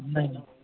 नहीं नहीं